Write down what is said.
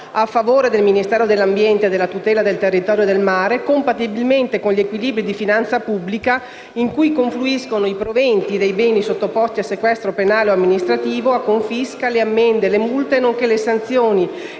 a favore del Ministero dell'ambiente e della tutela del territorio e del mare, compatibilmente con gli equilibri di finanza pubblica, in cui confluiscono: i proventi dei beni sottoposti a sequestro penale o amministrativo, a confisca, le ammende, le multe nonché le sanzioni